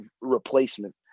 replacement